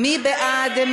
מי בעד?